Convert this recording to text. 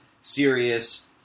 serious